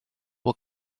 will